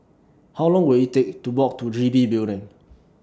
How Long Will IT Take to Walk to G B Building